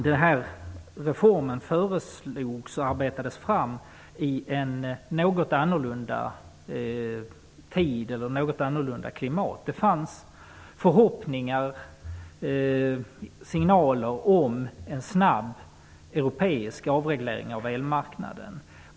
Den här reformen föreslogs och arbetades fram i en annan tid och i ett annorlunda klimat. Det fanns förhoppningar och det kom signaler om en snabb europeisk avreglering av elmarknaden.